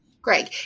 Greg